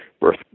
birth